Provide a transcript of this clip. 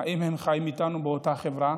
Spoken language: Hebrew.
אם הם חיים איתנו באותה חברה